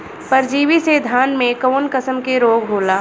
परजीवी से धान में कऊन कसम के रोग होला?